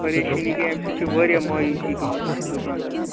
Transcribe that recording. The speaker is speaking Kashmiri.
پریشٲنی گٔے أمۍ سۭتۍ چھِ واریاہ مایوٗسی گٔمٕژ اَسہِ دُکان دارَن